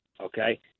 okay